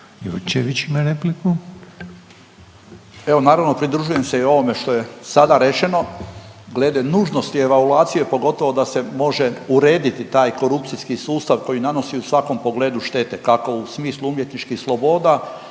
Jurčević ima repliku.